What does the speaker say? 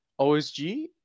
OSG